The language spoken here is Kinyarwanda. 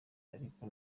ariko